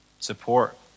Support